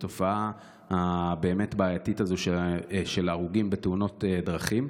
התופעה הבעייתית הזו של הרוגים בתאונות דרכים.